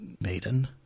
maiden